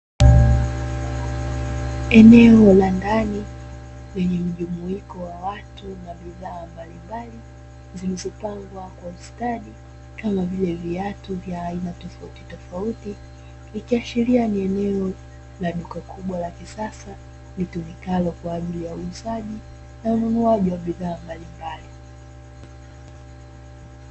Eneo la ndani lenye mjumuiko wa watu na bidhaa mbalimbali zilizopangwa kwa ustadi kama vile viatu vya aina tofauti tofauti, ikiashiria ni eneo la duka kubwa la kisasa litumikalo kwa ajili ya uuzaji na ununuaji wa bidhaa mbalimbali.